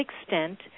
extent